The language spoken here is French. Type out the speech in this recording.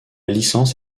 licence